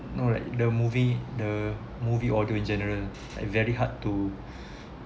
know like the movie the movie audio in general like very hard to